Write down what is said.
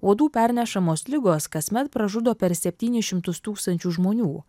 uodų pernešamos ligos kasmet pražudo per septynis šimtus tūkstančių žmonių